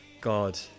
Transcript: god